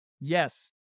Yes